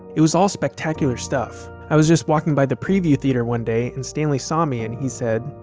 it was all spectacular stuff. i was just walking by the preview theater one day and stanley saw me and he said,